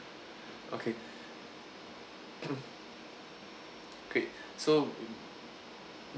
okay great so